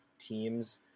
team's